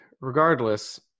regardless